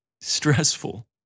stressful